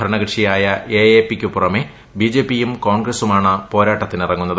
ഭരണകക്ഷിയായ എഎപി ക്കു പുറമേ ബിജെപിയും കോൺഗ്രസുംമാണ് പോരാട്ടത്തിനിറങ്ങുന്നത്